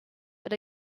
but